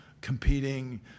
competing